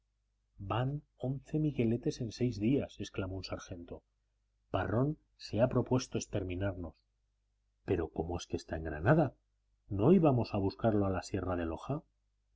van once migueletes en seis días exclamó un sargento parrón se ha propuesto exterminarnos pero cómo es que está en granada no íbamos a buscarlo a la sierra de loja